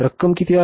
रक्कम किती आहे